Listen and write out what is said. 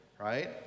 right